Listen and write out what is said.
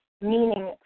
meaning